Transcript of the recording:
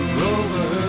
rover